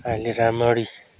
अहिले राम्ररी